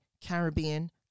Caribbean